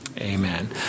Amen